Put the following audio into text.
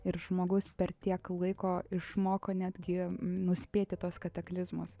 ir žmogus per tiek laiko išmoko netgi nuspėti tuos kataklizmus